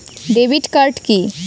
Debit card key?